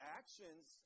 actions